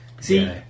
See